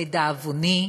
לדאבוני,